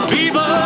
People